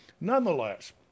nonetheless